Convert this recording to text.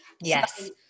Yes